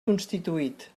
constituït